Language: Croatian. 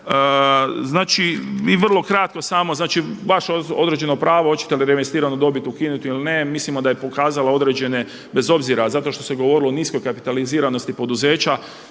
Znači i vrlo kratko samo, znači vaše određeno pravo hoćete li reinvestiranu dobit ukinuti ili ne. Mislimo da je pokazala određene, bez obzira zato što se govorilo o niskoj kapitaliziranosti poduzeća